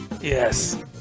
Yes